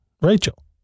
Rachel